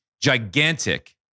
gigantic